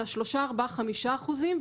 אלא שלושה-ארבעה-חמישה אחוזים,